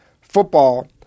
football